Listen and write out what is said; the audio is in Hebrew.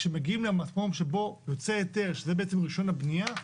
כשמגיעים למקום שבו יוצא היתר, שזה רישיון הבנייה,